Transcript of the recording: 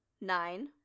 nine